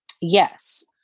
yes